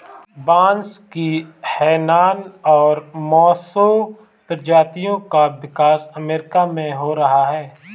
बांस की हैनान और मोसो प्रजातियों का विकास अमेरिका में हो रहा है